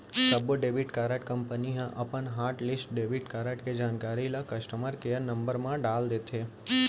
सब्बो debit card company ह अपन हॉटलिस्ट डेबिट कारड के जानकारी ल कस्टमर केयर नंबर म डाल देथे